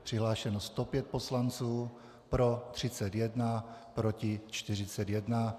Přihlášeno je 105 poslanců, pro 31, proti 41.